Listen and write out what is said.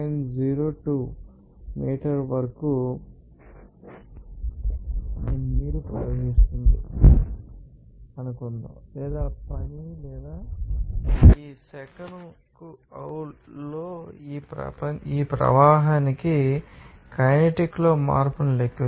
02 metre వరకు నీరు ప్రవహిస్తుందని అనుకుందాం లేదా పని ఈ సెకనుకుజౌల్ లో ఈ ప్రవాహానికి కైనెటిక్ లో మార్పును లెక్కిస్తుంది